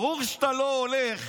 ברור שאתה לא הולך